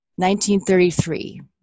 1933